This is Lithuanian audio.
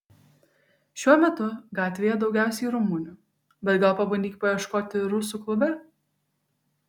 šiuo metu gatvėje daugiausiai rumunių bet gal pabandyk paieškoti rusų klube